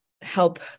help